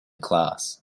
class